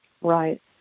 Right